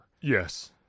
Yes